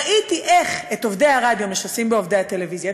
ראיתי איך את עובדי הרדיו משסים בעובדי הטלוויזיה,